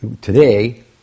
today